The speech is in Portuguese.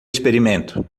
experimento